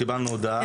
קיבלנו הודעה.